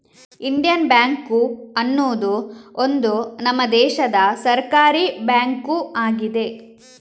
Indian Bank ಅನ್ನುದು ಒಂದು ನಮ್ಮ ದೇಶದ ಸರ್ಕಾರೀ ಬ್ಯಾಂಕು ಆಗಿದೆ